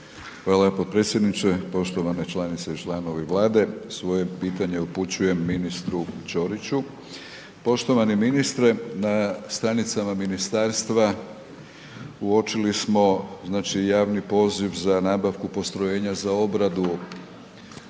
Hvala potpredsjedniče. Poštovane članice i članovi Vlade, svoje pitanje upućujem ministru Ćoriću. Poštovani ministre na stranicama ministarstva uočili smo znači javni poziv za nabavku postrojenja za obradu